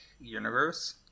universe